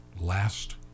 last